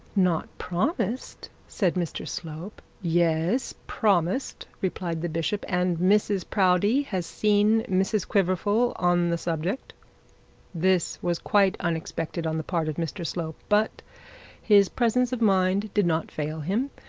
not promised said mr slope. yes, promised replied the bishop, and mrs proudie has seen mrs quiverful on the subject this was quite unexpected on the part of mr slope, but his presence of mind did not fail him,